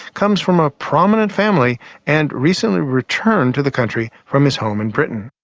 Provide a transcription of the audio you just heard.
comes from a prominent family and recently returned to the country from his home in britain.